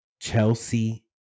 Chelsea